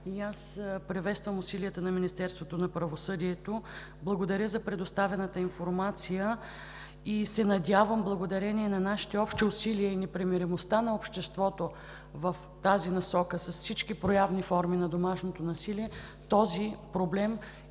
Приветствам усилията на Министерството на правосъдието. Благодаря за предоставената информация. Надявам се благодарение на нашите общи усилия и непримиримостта на обществото в тази насока с всички проявени форми на домашното насилие този проблем и